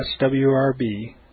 swrb